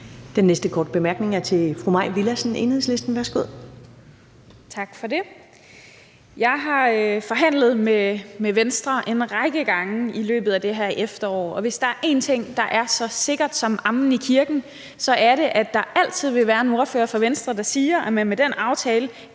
Den næste korte bemærkning er til fru Mai Villadsen, Enhedslisten. Værsgo. Kl. 10:19 Mai Villadsen (EL): Tak for det. Jeg har forhandlet med Venstre en række gange i løbet af det her efterår, og hvis der er noget, der er så sikkert som amen i kirken, er det, at der altid vil være en ordfører fra Venstre, der siger, at man med den aftale